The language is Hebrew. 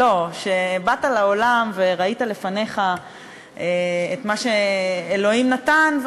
שבאת לעולם וראית לפניך את מה שאלוהים נתן,